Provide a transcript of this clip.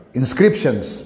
inscriptions